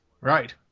Right